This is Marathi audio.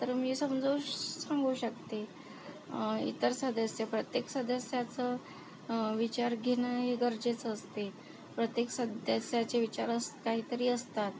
तर मी समजावून सांगू शकते इतर सदस्य प्रत्येक सदस्याचं विचार घेणं हे गरजेचं असते प्रत्येक सदस्याचे विचार असं काहीतरी असतात